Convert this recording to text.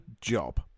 job